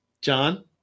John